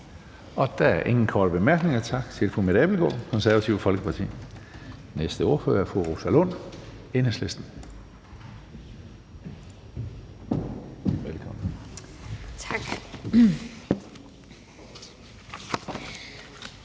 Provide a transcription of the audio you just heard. Der er ingen korte bemærkninger. Tak til fru Mette Abildgaard, Det Konservative Folkeparti. Næste ordfører fru Rosa Lund, Enhedslisten. Velkommen. Kl.